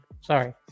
sorry